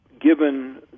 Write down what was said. given